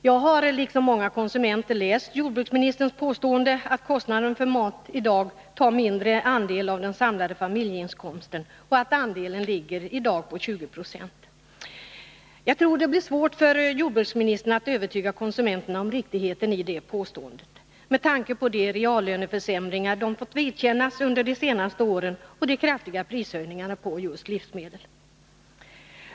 Jag har liksom många konsumenter läst jordbruksministerns påstående att kostnaden för mat nu tar en mindre andel av den samlade familjeinkomsten i anspråk och att andelen i dag ligger på 20 96. Jag tror att det blir svårt för jordbruksministern att övertyga konsumenterna om riktigheten i det påståendet, med tanke på de reallöneförsämringar de fått vidkännas under de senaste åren och de kraftiga prishöjningarna på just livsmedel.